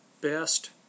best